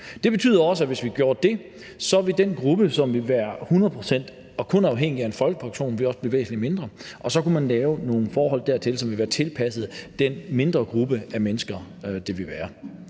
Det betyder også, hvis vi gjorde det, at den gruppe, som vil være hundrede procent afhængig, kun afhængig, af en folkepension, også ville blive væsentlig mindre, og så kunne man lave nogle forhold dertil, som ville være tilpasset den mindre gruppe af mennesker, det ville være.